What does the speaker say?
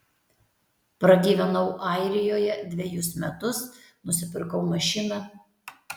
pragyvenau airijoje dvejus metus nusipirkau mašiną